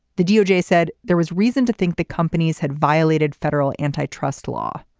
the doj said there was reason to think the companies had violated federal antitrust law.